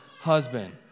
husband